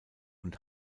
und